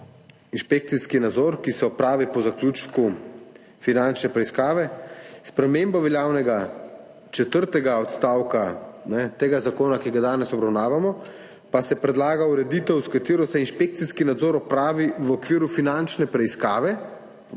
inšpekcijski nadzor, ki se opravi po zaključku finančne preiskave. S spremembo veljavnega četrtega odstavka tega zakona, ki ga danes obravnavamo, pa se predlaga ureditev, s katero se inšpekcijski nadzor opravi v okviru finančne preiskave,